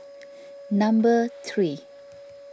number three